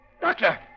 Doctor